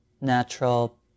natural